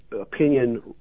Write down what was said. opinion